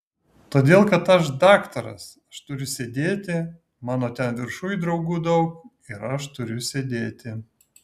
todėl kad aš daktaras aš turiu sėdėti mano ten viršuj draugų daug ir aš turiu sėdėti